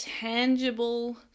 tangible